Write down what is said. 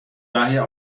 daher